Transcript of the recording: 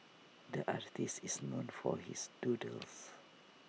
the artist is known for his doodles